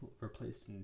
replaced